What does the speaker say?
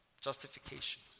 justification